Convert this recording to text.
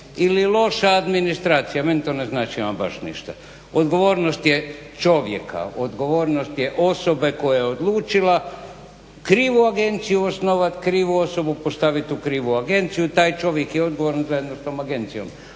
ili loša administracija. Meni to ne znači ama baš ništa. Odgovornost je čovjeka, odgovornost je osobe koja je odlučila krivu agenciju osnovati, krivu osobu postaviti u krivu agenciju. Taj čovjek je odgovoran zajedno s tom agencijom.